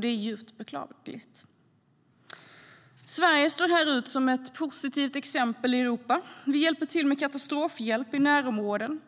Det är djupt beklagligt. Sverige står här ut som ett positivt exempel i Europa. Vi hjälper till med katastrofhjälp i närområden,